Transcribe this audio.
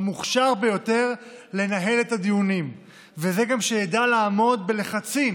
המוכשר ביותר לנהל את הדיונים וגם זה שידע לעמוד בלחצים